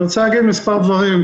אני רוצה להגיד מספר דברים.